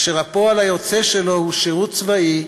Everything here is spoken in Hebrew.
אשר הפועל היוצא שלו הוא שירות צבאי,